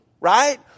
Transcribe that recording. right